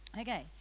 Okay